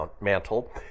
mantle